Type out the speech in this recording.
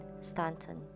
Stanton